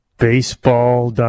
baseball